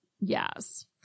Yes